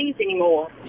anymore